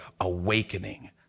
awakening